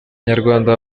nyarwanda